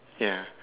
ya